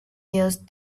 used